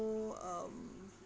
so um